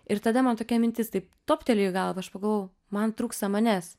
ir tada man tokia mintis taip toptelėjo į galvą aš pagalvojau man trūksta manęs